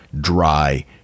dry